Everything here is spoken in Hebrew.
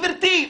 גברתי,